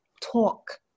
talk